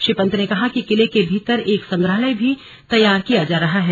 श्री पंत ने कहा कि किले के भीतर एक संग्रहालय भी तैयार किया जा रहा है